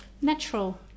natural